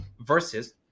versus